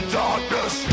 darkness